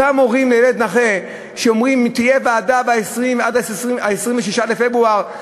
אותם הורים לילד נכה שאומרים להם: תהיה ועדה ב-20 ועד 26 בפברואר,